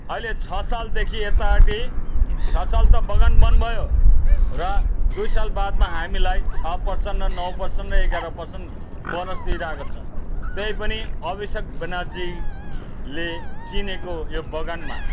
अहिले छ सालदेखि यतापट्टि छ साल त बगान बन्द भयो र दुई साल बादमा हामीलाई छ पर्सन्ट र नौ पर्सन्ट र एघार पर्सन्ट बोनस दिइरहेको छ त्यही पनि अभिषेक ब्यानर्जीले किनेको यो बगानमा